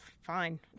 Fine